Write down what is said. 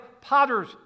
potter's